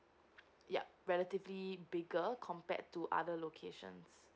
yup relatively bigger compared to other locations